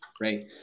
right